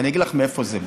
ואני אגיד לך מאיפה זה בא.